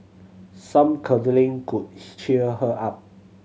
some cuddling could cheer her up